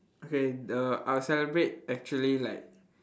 okay the I'll celebrate actually like